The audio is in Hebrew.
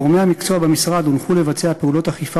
גורמי המקצוע במשרד הונחו לבצע פעולות אכיפה